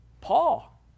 Paul